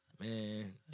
Man